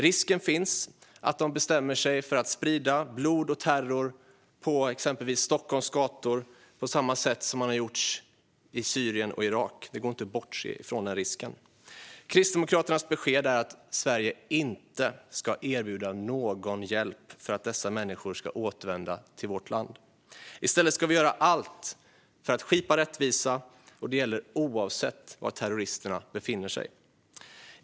Risken finns att de bestämmer sig för att sprida blod och terror på exempelvis Stockholms gator på samma sätt som har gjorts i Syrien och Irak. Det går inte att bortse från den risken. Kristdemokraternas besked är att Sverige inte ska erbjuda någon hjälp för att dessa människor ska återvända till vårt land. I stället ska vi göra allt för att skipa rättvisa, och det gäller oavsett var terroristerna befinner sig.